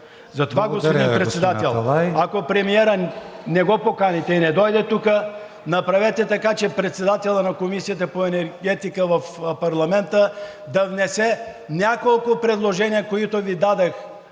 Аталай. РАМАДАН АТАЛАЙ: …ако премиера не го поканите и не дойде тук, направете така, че председателят на Комисията по енергетика в парламента да внесе няколко предложения, които Ви дадох,